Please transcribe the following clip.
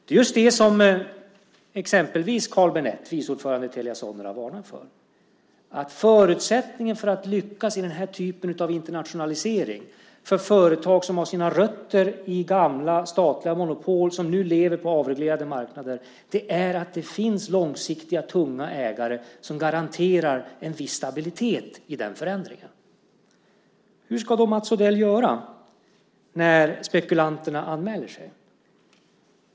Det är just det som exempelvis Carl Bennet, vice ordförande i Telia Sonera, varnar för. Förutsättningen för att lyckas i den typen av internationalisering för företag som har sina rötter i gamla statliga monopol och som nu lever på avreglerade marknader är att det finns långsiktiga, tunga ägare som garanterar en viss stabilitet i den förändringen. Hur ska då Mats Odell göra när spekulanterna anmäler sig?